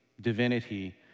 divinity